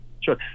Sure